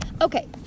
okay